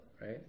right